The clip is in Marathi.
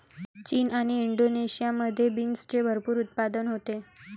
चीन आणि इंडोनेशियामध्ये बीन्सचे भरपूर उत्पादन होते